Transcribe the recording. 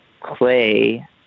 Clay